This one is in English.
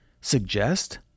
suggest